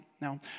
Now